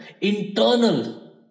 internal